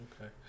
Okay